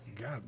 god